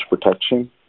protection